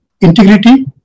integrity